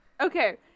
Okay